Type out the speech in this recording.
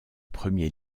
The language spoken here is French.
premier